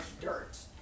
dirt